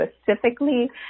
specifically